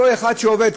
אותו אחד שעובד,